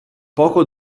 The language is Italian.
poco